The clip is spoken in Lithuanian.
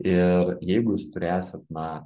ir jeigu jūs turėsit na